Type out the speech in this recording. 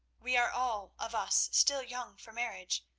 we are all of us still young for marriage,